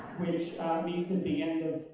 which means at the end of